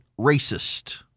racist